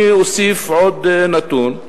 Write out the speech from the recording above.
אני אוסיף עוד נתון,